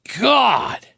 God